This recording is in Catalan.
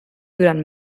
durant